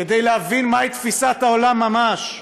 כדי להבין מהי תפיסת העולם ממש.